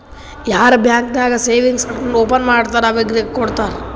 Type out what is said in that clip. ಯಾರ್ ಬ್ಯಾಂಕ್ ನಾಗ್ savings account open ಮಾಡ್ತಾರ್ ಅವ್ರಿಗ ಕೊಡ್ತಾರ್